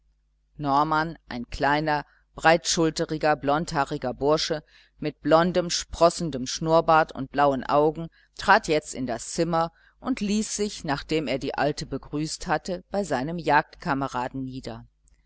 norman ein kleiner breitschulteriger blondhaarige bursche mit blondem sprossendem schnurrbart und blauen augen trat jetzt in das zimmer und ließ sich nachdem er die alte begrüßt hatte bei seinem jagdkameraden nieder